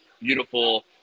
beautiful